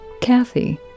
Kathy